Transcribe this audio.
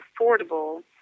affordable